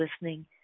listening